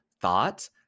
thought